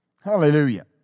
Hallelujah